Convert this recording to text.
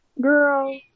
girl